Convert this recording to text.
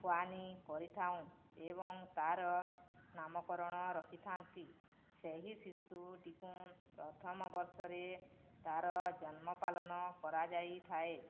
ଫୁଆନୀ କରିଥାଉଁ ଏବଂ ତାର ନାମକରଣ ରଖିଥାନ୍ତି ସେହି ଶିଶୁଟିକୁ ପ୍ରଥମ ବର୍ଷରେ ତାର ଜନ୍ମପାଳନ କରାଯାଇଥାଏ